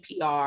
PR